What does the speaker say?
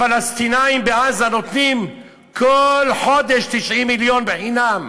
לפלסטינים בעזה נותנים כל חודש 90 מיליון בחינם,